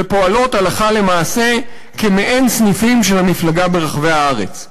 ופועלות הלכה למעשה כמעין סניפים של המפלגה ברחבי הארץ.